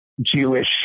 Jewish